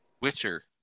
Witcher